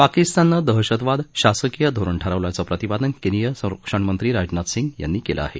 पाकिस्ताननं दहशतवाद शासकीय धोरण ठरवल्याचं प्रतिपादन केंद्रीय संरक्षणमंत्री राजनाथ सिंग यांनी केलं आहे